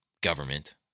government